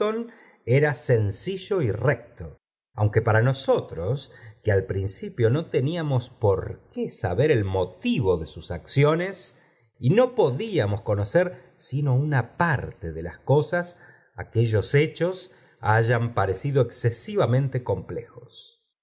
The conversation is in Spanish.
era sencillo y recto aunque para nosotros que al principio no teníamos por qué saber el motivo de sus acciones y no podíamos conocer sino una parto de las cosas aquellos hechos hayan parecido execsivainonte complejos